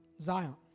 Zion